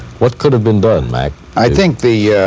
what could've been done, mac? i think the